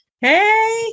hey